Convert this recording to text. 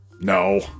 No